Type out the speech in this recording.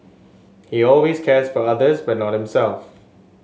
he always cares for others but not himself